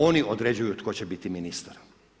Oni određuju tko će biti ministar.